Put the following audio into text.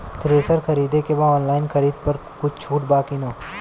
Thresher खरीदे के बा ऑनलाइन खरीद पर कुछ छूट बा कि न?